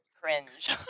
cringe